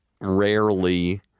rarely